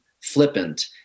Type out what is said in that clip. flippant